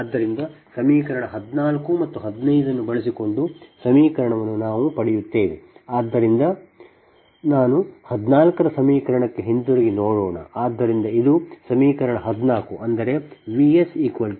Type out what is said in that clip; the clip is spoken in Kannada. ಆದ್ದರಿಂದ ಸಮೀಕರಣ 14 ಮತ್ತು 15 ಅನ್ನು ಬಳಸಿಕೊಂಡು ಸಮೀಕರಣವನ್ನು ನಾವು ಪಡೆಯುತ್ತೇವೆಆದ್ದರಿಂದ ನಾನು 14 ರ ಸಮೀಕರಣಕ್ಕೆ ಹಿಂತಿರುಗಿ ನೋಡೋಣ